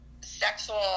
sexual